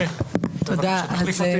(היו"ר משה סעדה, 13:29)